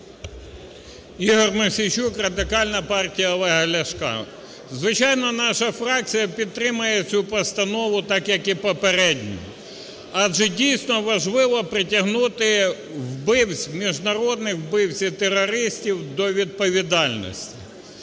Ігор Мосійчук, Радикальна партія Олега Ляшка. Звичайно, наша фракція підтримає цю постанову так, як і попередню. Адже, дійсно, важливо притягнути вбивць, міжнародних вбивць і терористів до відповідальності.